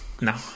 no